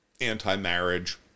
anti-marriage